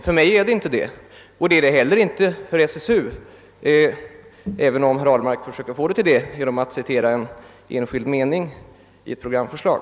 För mig är det inte självklart och inte heller för SSU, även om herr Ahlmark försöker få det dithän genom att citera en enskild mening i ett programförslag.